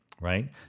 right